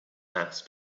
mass